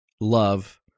love